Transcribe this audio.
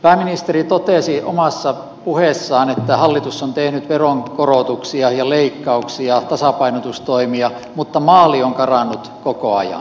pääministeri totesi omassa puheessaan että hallitus on tehnyt veronkorotuksia ja leikkauksia tasapainotustoimia mutta maali on karannut koko ajan